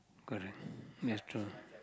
correct this true